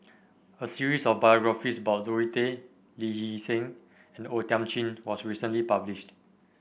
a series of biographies about Zoe Tay Lee Hee Seng and O Thiam Chin was recently published